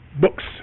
books